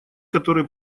которые